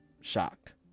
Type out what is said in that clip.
shocked